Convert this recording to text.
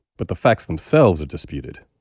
but the facts themselves are disputed.